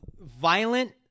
violent